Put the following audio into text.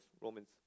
Romans